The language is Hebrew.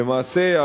למעשה,